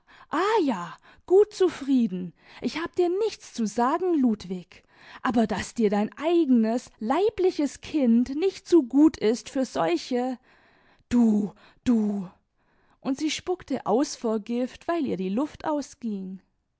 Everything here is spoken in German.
jal gut zufrieden i ich hab dir nix zu sagen ludwig i aber daß dir dein eigenes leibliches kind nicht zu gut ist für solche du du und sie spuckte aus vor gift weil ihr die luft ausging